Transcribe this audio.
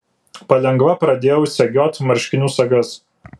palengva pradėjau segiot marškinių sagas